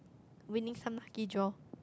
winning some lucky draw